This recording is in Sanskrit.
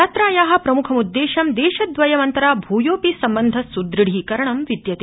यात्राया प्रमुखमुद्देश्यं देशद्वयमन्तरा भूयोपि सम्बन्ध सुद्दीकरणं विद्यते